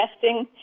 testing